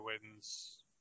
wins